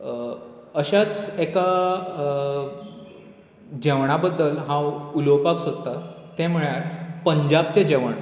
अशाच एका जेवणां बद्दल हांव उलोवपाक सोदतां तें म्हळ्यार पंजाबचें जेवण